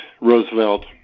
Roosevelt